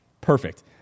Perfect